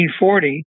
1940